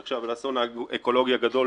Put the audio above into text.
שנחשב לאסון האקולוגי הגדול